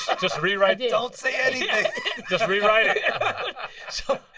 just rewrite. don't say anything just rewrite it. so